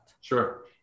Sure